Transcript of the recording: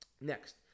next